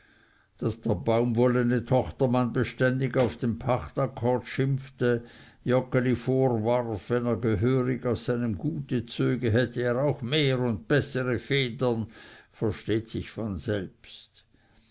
daß der baumwollene tochtermann beständig auf den pachtakkord schimpfte joggeli vorwarf wenn er gehörig aus seinem gute zöge hätte er auch mehr und bessere federn versteht sich von selbst